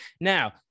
Now